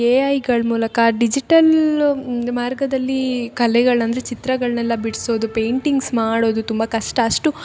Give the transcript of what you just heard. A ಐಗಳ್ ಮೂಲಕ digital ಮಾರ್ಗದಲ್ಲಿ ಕಲೆಗಳು ಅಂದರೆ ಚಿತ್ರಗಳನ್ನೆಲ್ಲ ಬಿಡಿಸೋದು ಪೇಂಟಿಂಗ್ಸ್ ಮಾಡೋದು ತುಂಬ ಕಷ್ಟ ಅಷ್ಟು